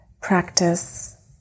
practice